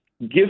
Give